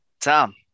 Tom